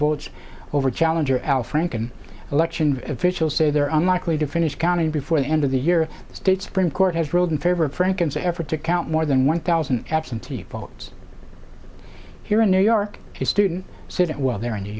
votes over challenger al franken election officials say they're unlikely to finish counting before the end of the year the state supreme court has ruled in favor of franken said effort to count more than one thousand absentee votes here in new york student sit while they're in new